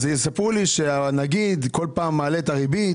אז יספרו לי שהנגיד כל פעם מעלה את הריבית.